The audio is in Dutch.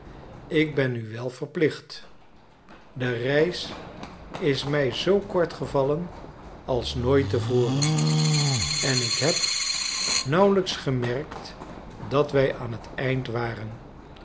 ik ben u wel verplicht de reis is mij zoo kort gevallen als nooit te voren en ik heb nauwelijks bemerkt dat wij aan t einde waren